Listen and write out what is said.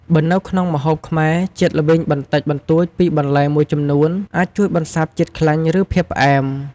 បើនៅក្នុងម្ហូបខ្មែរ ជាតិល្វីងបន្តិចបន្តួចពីបន្លែមួយចំនួន អាចជួយបន្សាបជាតិខ្លាញ់ ឬភាពផ្អែម។